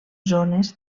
zones